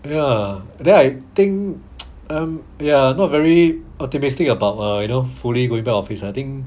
ya then I think um ya not very optimistic about uh you know fully going back office I think